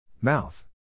Mouth